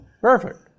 Perfect